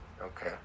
Okay